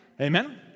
Amen